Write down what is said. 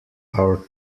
our